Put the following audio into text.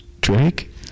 Drake